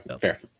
fair